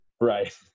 Right